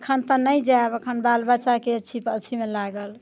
एखन तऽ नहि जायब एखन बाल बच्चाके छी अथीमे लागल